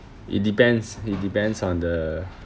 it depends it depends on the